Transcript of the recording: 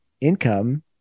income